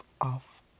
off